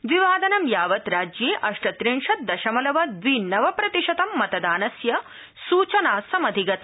द्विवादनं यावत् राज्ये अष्ट त्रिंशत् दशमलव द्वि नव प्रतिशतं मतदानस्य सूचना समधिगता